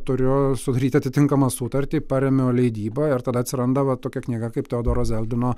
turiu sudaryt atitinkamą sutartį paremiu leidybą ir tada atsiranda va tokia knyga kaip teodoro zeldino